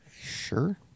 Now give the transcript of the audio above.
Sure